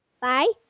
Bye